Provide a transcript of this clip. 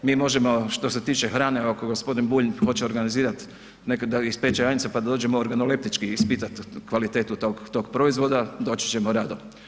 Mi možemo što se tiče hrane, ako gospodin Bulj hoće organizirat nekog da ispeče janjca pa da dođemo organoleptički ispitat kvalitetu tog proizvoda, doći ćemo rado.